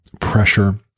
pressure